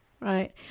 Right